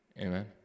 Amen